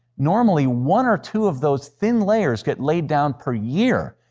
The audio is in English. normally, one or two of those thin layers get laid down per year,